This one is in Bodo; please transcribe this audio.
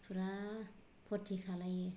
फुरा फुरति खालायो